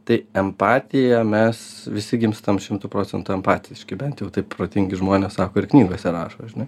tai empatija mes visi gimstam šimtu procentų empatiški bent jau taip protingi žmonės sako ir knygose rašo žinai